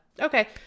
Okay